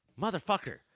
Motherfucker